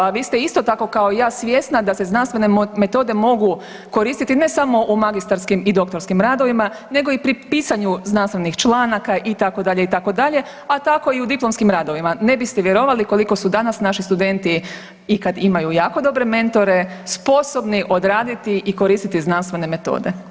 A vi ste isto tako kao i ja svjesna da se znanstvene metode mogu koristiti ne samo o magistarskim i doktorskim radovima, nego i pri pisanju znanstvenih članaka itd. itd. a tako i u diplomskim radovima ne biste vjerovali koliko su danas naši studenti i kad imaju jako dobre mentore sposobni odraditi i koristiti znanstvene metode.